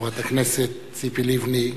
חברת הכנסת ציפי לבני,